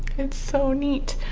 it's so neat.